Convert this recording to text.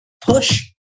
push